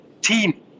team